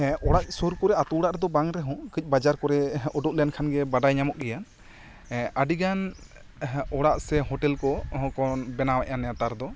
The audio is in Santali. ᱦᱮᱸ ᱚᱲᱟᱜ ᱥᱩᱨ ᱠᱚᱨᱮ ᱟᱛᱳ ᱚᱲᱟᱜ ᱨᱮᱫᱚ ᱵᱟᱝ ᱨᱮᱦᱚᱸ ᱠᱟᱹᱡ ᱵᱟᱡᱟᱨ ᱠᱚᱨᱮ ᱩᱰᱩᱠ ᱞᱮᱱ ᱠᱷᱟᱱ ᱜᱮ ᱵᱟᱰᱟᱭᱟ ᱧᱟᱢᱚᱜ ᱜᱮᱭᱟ ᱮ ᱟᱹᱰᱤ ᱜᱟᱱ ᱦᱮ ᱚᱲᱟᱜ ᱥᱮ ᱦᱚᱴᱮᱞ ᱠᱚ ᱦᱚᱸᱠᱚ ᱵᱮᱱᱟᱣᱮᱫᱟ ᱱᱮᱛᱟᱨ ᱫᱚ